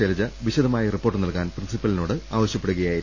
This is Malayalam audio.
ശൈലജ വിശദമായ റിപ്പോർട്ട് നൽകാൻ പ്രിൻസിപ്പലിനോട് ആവശ്യപ്പെടുകയായിരുന്നു